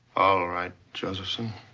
all right, josephson.